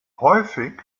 häufig